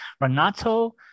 Renato